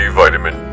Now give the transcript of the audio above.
vitamin